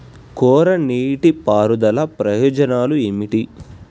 కోరా నీటి పారుదల ప్రయోజనాలు ఏమిటి?